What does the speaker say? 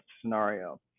scenario